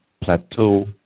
plateau